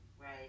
Right